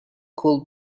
could